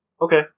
Okay